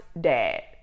dad